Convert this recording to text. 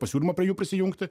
pasiūlymą prie jų prisijungti